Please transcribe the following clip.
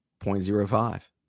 0.05